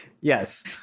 Yes